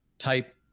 type